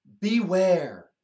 Beware